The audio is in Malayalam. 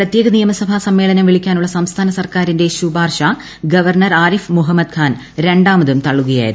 പ്രത്യേക നിയമസഭാ സമ്മേളനം വിളിക്കാനുള്ള സംസ്ഥാന സർക്കാരിന്റെ ശുപാർശ ഗവർണർ ആരിഫ് മുഹമ്മദ്ഖാൻ രണ്ടാമതും തള്ളുകയായിരുന്നു